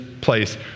place